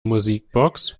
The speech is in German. musikbox